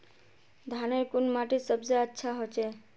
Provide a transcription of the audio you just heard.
धानेर कुन माटित सबसे अच्छा होचे?